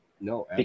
No